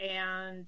and